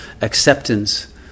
acceptance